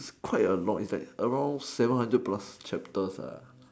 it's quite a lot it's like around seven hundred plus chapters